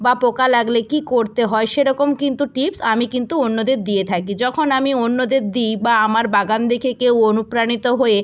বা পোকা লাগলে কী করতে হয় সেরকম কিন্তু টিপস আমি কিন্তু অন্যদের দিয়ে থাকি যখন আমি অন্যদের দিই বা আমার বাগান দেখে কেউ অনুপ্রাণিত হয়ে